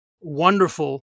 wonderful